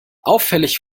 auffällig